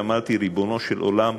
ואמרתי: ריבונו של עולם,